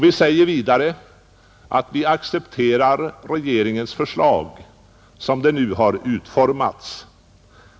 Vi säger vidare att vi accepterar regeringens förslag som det nu har utformats.